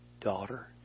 Daughter